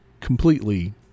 completely